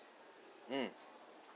mm